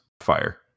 fire